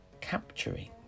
capturing